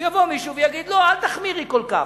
יבוא מישהו ויגיד: לא, אל תחמירי כל כך.